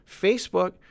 Facebook